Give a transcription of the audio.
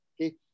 okay